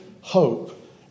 hope